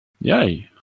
Yay